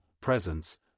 presence